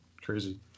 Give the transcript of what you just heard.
crazy